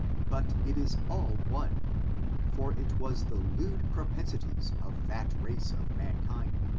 but it is all one for it was the lewd propensities of that race of mankind,